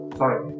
sorry